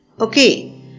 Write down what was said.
okay